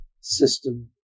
system